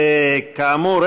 כאמור,